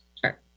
Sure